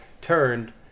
turned